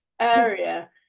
area